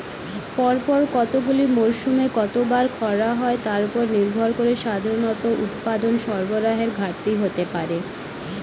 পরপর কতগুলি মরসুমে কতবার খরা হয় তার উপর নির্ভর করে সাধারণত উৎপাদন সরবরাহের ঘাটতি হতে পারে